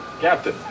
Captain